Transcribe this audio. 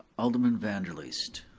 alderman van der leest.